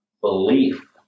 belief